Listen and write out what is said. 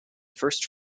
first